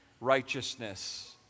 righteousness